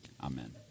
amen